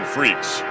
Freaks